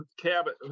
Cabot